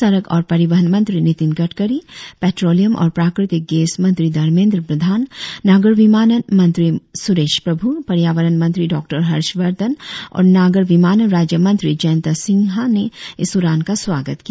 सड़क और परिवहन मंत्री नितिन गडकरी पैट्रोलियम और प्राकृतिक गैस मंत्री धर्मेंद्र प्रधान नागर विमानन मंत्री सुरेश प्रभु पर्यावरण मंत्री डॉक्टर हर्षवर्धन और नाग़र विमानन राज्य मंत्री जयंत सिंहा ने इस उड़ान का स्वागत किया